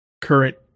current